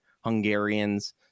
Hungarians